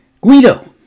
Guido